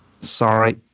Sorry